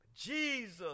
Jesus